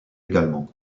également